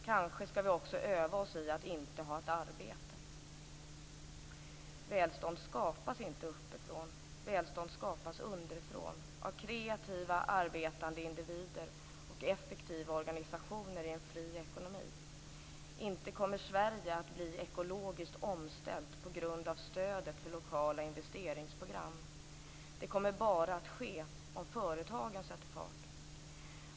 Kanske skall vi också öva oss i att inte ha ett arbete. Välstånd skapas inte uppifrån. Välstånd skapas underifrån av kreativa, arbetande individer och effektiva organisationer i en fri ekonomi. Inte kommer Sverige att bli ekologiskt omställt på grund av stödet för lokala investeringsprogram. Det kommer bara att ske om företagen sätter fart.